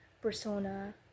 Persona